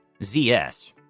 ZS